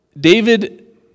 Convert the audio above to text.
David